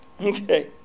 Okay